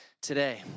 today